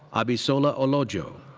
abisola olojo.